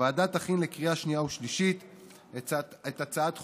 הוועדה תכין לקריאה השנייה והשלישית את הצעת חוק-היסוד.